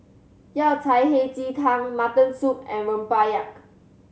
Yao Cai Hei Ji Tang Mutton Stew and rempeyek